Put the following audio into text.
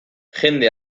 jende